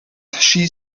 she